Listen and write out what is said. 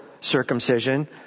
circumcision